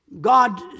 God